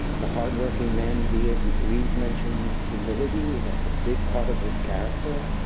the hardworking man that he is. and reeves mentioned humility. that's a big part of his character.